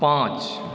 पाँच